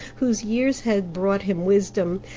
whose years had brought him wisdom,